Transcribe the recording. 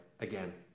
again